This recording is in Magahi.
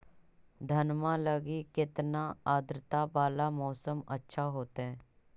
धनमा लगी केतना आद्रता वाला मौसम अच्छा होतई?